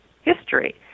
history